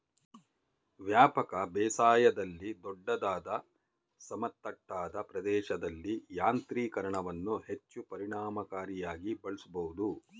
ವ್ಯಾಪಕ ಬೇಸಾಯದಲ್ಲಿ ದೊಡ್ಡದಾದ ಸಮತಟ್ಟಾದ ಪ್ರದೇಶಗಳಲ್ಲಿ ಯಾಂತ್ರೀಕರಣವನ್ನು ಹೆಚ್ಚು ಪರಿಣಾಮಕಾರಿಯಾಗಿ ಬಳಸ್ಬೋದು